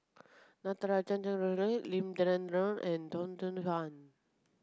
Natarajan Chandrasekaran Lim Denan Denon and Teo Soon Chuan